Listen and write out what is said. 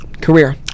Career